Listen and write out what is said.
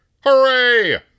Hooray